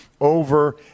over